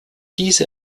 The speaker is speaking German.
diese